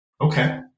Okay